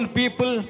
people